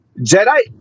Jedi